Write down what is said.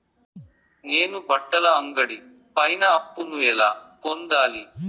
నేను బట్టల అంగడి పైన అప్పును ఎలా పొందాలి?